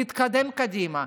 להתקדם קדימה,